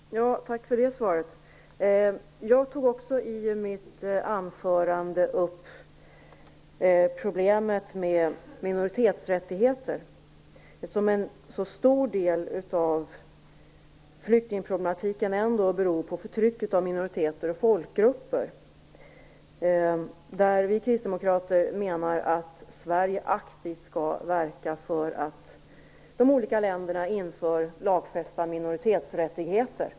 Herr talman! Tack för det svaret. Jag tog i mitt anförande också upp svårigheterna med minoritetsrättigheter, som en så stor del av flyktingproblematiken beror på. Det gäller förtryck av minoriteter och folkgrupper. Vi kristdemokrater menar att Sverige aktivt skall verka för att de olika länderna inför lagfästa minoritetsrättigheter.